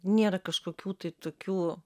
nėra kažkokių tai tokių